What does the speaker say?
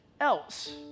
else